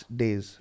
days